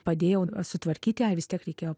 padėjau sutvarkyt ją vis tiek reikėjo